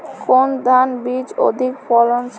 কোন ধান বীজ অধিক ফলনশীল?